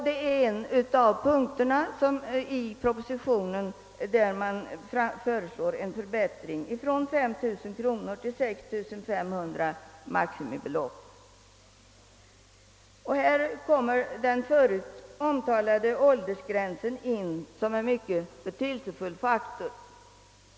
Det är en av de punkter i propositionen där man föreslår en förbättring från nuvarande maximalt 5 000 kronor till 6 500 kronor. Här kommer den förut omtalade åldersgränsen in som en mycket betydelsefull faktor.